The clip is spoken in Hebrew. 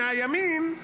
מהימין,